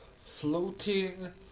floating